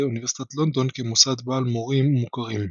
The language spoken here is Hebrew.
אוניברסיטת לונדון כמוסד בעל מורים מוכרים.